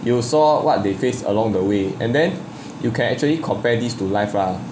you will saw what they face along the way and then you can actually compare these to life ah